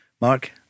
Mark